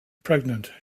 pregnant